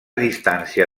distància